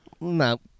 No